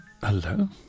Hello